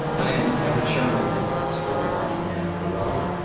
my name is everett sherman and this is for ah martin and for robert.